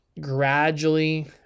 gradually